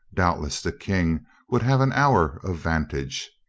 doubtless the king would have an hour of vantage.